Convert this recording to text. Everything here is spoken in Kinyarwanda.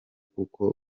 kuko